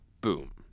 boom